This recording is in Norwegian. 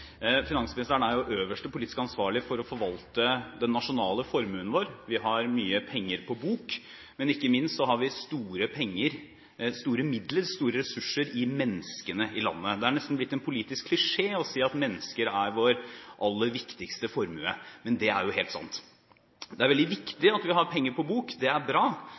Finansministeren er jo øverste politisk ansvarlig for å forvalte den nasjonale formuen vår. Vi har mange penger på bok, og ikke minst har vi store midler, store ressurser i menneskene i landet. Det er nesten blitt en politisk klisjé å si at mennesker er vår aller viktigste formue, men det er jo helt sant. Det er veldig viktig at vi har penger på bok, det er bra,